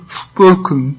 spoken